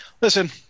listen